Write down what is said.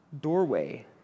doorway